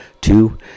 Two